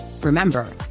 Remember